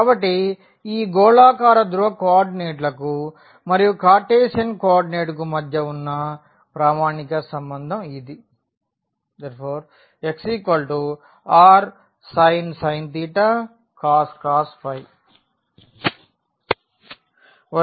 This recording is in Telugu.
కాబట్టి ఈ గోళాకార ధ్రువ కోఆర్డినేట్లకు మరియు కార్టిసియన్ కో ఆర్డినేట్కు మధ్య ఉన్న ప్రామాణిక సంబంధం ఇది